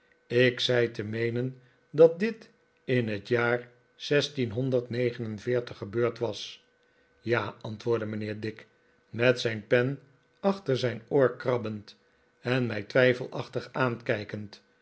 ik zei te meenen dat dit in het jaar zestienhonderd negen en veertig gebeurd was ja antwoordde mijnheer dick met zijn pen achter zijn oor krabbend en mij twijfelachtig aankijkend